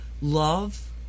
love